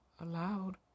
aloud